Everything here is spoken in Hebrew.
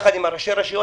יחד עם ראשי הרשויות,